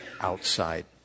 outside